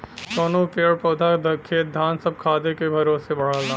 कउनो पेड़ पउधा खेत धान सब खादे के भरोसे बढ़ला